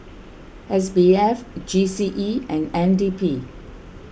S B F G C E and N D P